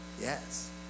Yes